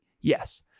Yes